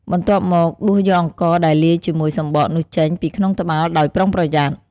បន្ទាប់មក ដួសយកអង្ករដែលលាយជាមួយសម្បកនោះចេញពីក្នុងត្បាល់ដោយប្រុងប្រយ័ត្ន។